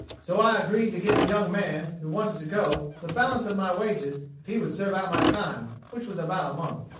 so i agreed to give a young man, who wanted to go, the balance of my wages, if he would serve out my time, which was about a month.